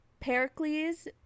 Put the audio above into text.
pericles